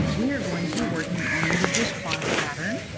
we are going to be working on the dishcloth pattern.